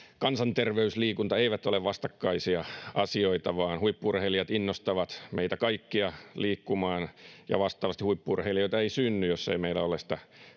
kansanterveysliikunta eivät ole vastakkaisia asioita vaan huippu urheilijat innostavat meitä kaikkia liikkumaan ja vastaavasti huippu urheilijoita ei synny jos ei meillä ole sitä